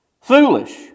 Foolish